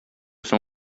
соң